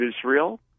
Israel